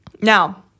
Now